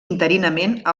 interinament